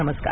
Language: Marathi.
नमस्कार